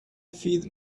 feed